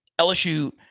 LSU